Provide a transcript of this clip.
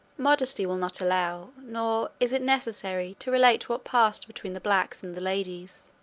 modesty will not allow, nor is it necessary to relate what passed between the blacks and the ladies.